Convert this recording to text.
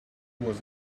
was